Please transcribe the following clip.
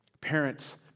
Parents